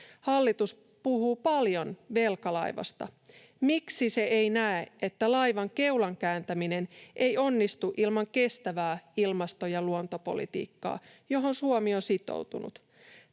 Hallitus puhuu paljon velkalaivasta. Miksi se ei näe, että laivan keulan kääntäminen ei onnistu ilman kestävää ilmasto- ja luontopolitiikkaa, johon Suomi on sitoutunut?